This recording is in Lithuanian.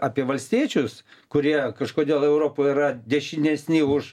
apie valstiečius kurie kažkodėl europoj yra dešinesni už